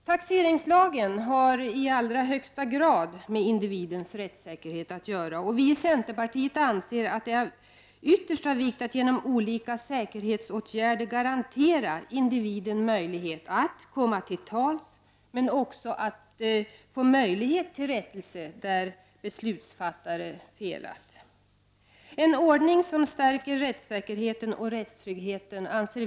Taxeringslagen har i allra högsta grad med individens rättssäkerhet att göra, och vi i centerpartiet anser att det är av yttersta vikt att genom olika säkerhetsåtgärder garantera individen möjlighet att komma till tals, men också att få möjlighet till rättelse där beslutsfattare felat. Vi anser lekmannainflytande vara ett inslag som stärker rättssäkerheten och rättstryggheten.